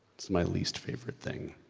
it's my least favorite thing.